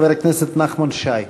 חבר הכנסת נחמן שי.